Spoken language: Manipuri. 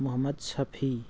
ꯃꯣꯍꯃꯠ ꯁꯐꯤ